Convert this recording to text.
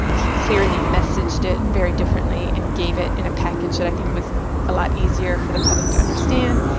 he clearly messaged it very differently and gave it in a package that i think was a lot easier for the public to understand.